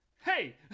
hey